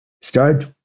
start